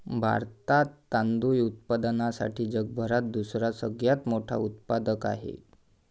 भारतात तांदूळ उत्पादनासाठी जगभरात दुसरा सगळ्यात मोठा उत्पादक आहे